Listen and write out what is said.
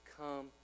Come